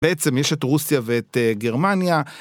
בעצם יש את רוסיה ואת גרמניה